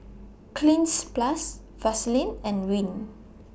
Cleanz Plus Vaselin and Rene